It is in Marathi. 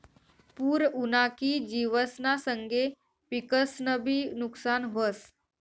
पूर उना की जिवसना संगे पिकंसनंबी नुकसान व्हस